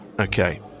Okay